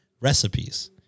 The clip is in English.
recipes